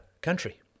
country